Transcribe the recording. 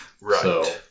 Right